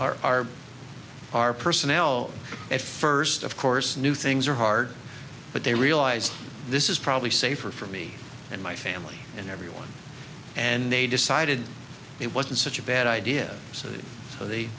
are our personnel at first of course new things are hard but they realized this is probably safer for me and my family and everyone and they decided it wasn't such a bad idea so